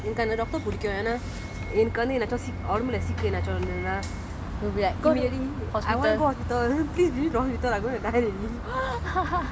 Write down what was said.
எனக்கு அந்த:enakku antha doctor புடிக்கும் ஏன்னா எனக்கு வந்து என்னதான்:pudikum eanna enakku vanthu ennathaan sick ஒடம்புல:odambula sick என்னாச்சும் இருந்திருந்தா:ennaachum irunthirunthaa will be like really I want go hospital please bring me to hospital I going to die already